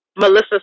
Melissa